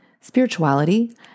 spirituality